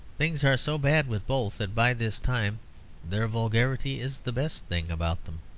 things are so bad with both that by this time their vulgarity is the best thing about them.